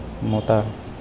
મોટા